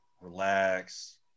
relax